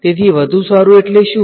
તેથી વધુ સારું એટલે શું